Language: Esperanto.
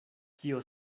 kio